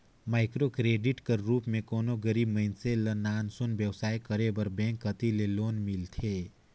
micro credit कर रूप में कोनो गरीब मइनसे ल नान सुन बेवसाय करे बर बेंक कती ले लोन मिलथे